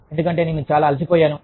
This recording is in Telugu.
ఎందుకంటే నేను చాలా అలసిపోయాను